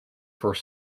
first